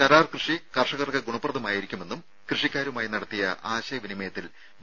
കരാർ കൃഷി കർഷകർക്ക് ഗുണപ്രദമായിരിക്കുമെന്നും കൃഷിക്കാരുമായി നടത്തിയ ആശയ വിനിമയത്തിൽ വി